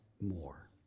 more